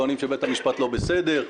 טוענים שבית המשפט לא בסדר.